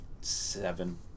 seven